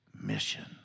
mission